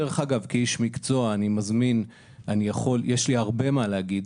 כאיש מקצוע יש לי הרבה מה להגיד